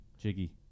jiggy